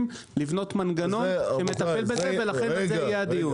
לבנות מנגנון שמטפל בזה ולכן על זה יהיה הדיון.